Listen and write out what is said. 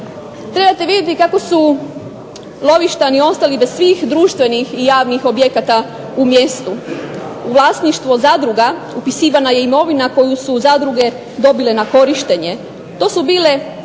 Trebate vidjeti kako su lovištani ostali bez svih društvenih i javnih objekata u mjestu, u vlasništvu od zadruga upisivana je imovina koju su zadruge dobile na korištenje, to su bile